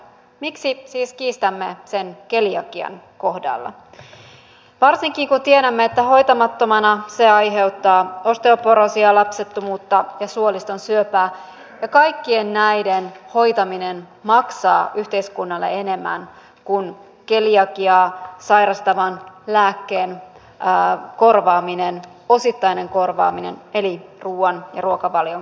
miksi siis kiistämme sen keliakian kohdalla varsinkin kun tiedämme että hoitamattomana se aiheuttaa osteoporoosia lapsettomuutta ja suoliston syöpää ja kaikkien näiden hoitaminen maksaa yhteiskunnalle enemmän kuin keliakiaa sairastavan lääkkeen osittainen korvaaminen eli ruuan ja ruokavalion korvaaminen